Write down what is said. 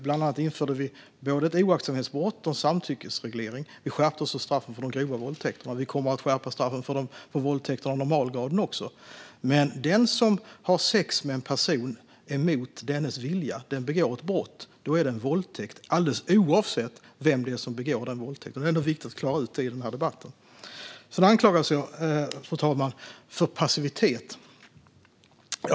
Bland annat införde vi ett oaktsamhetsbrott och en samtyckesreglering. Vi skärpte också straffen för de grova våldtäkterna, och vi kommer att skärpa straffen för våldtäkter av normalgraden också. Men den som har sex med en person mot dennes vilja begår ett brott. Då är det en våldtäkt alldeles oavsett vem som begår våldtäkten. Det är viktigt att klara ut det i den här debatten. Fru talman! Jag anklagades för passivitet.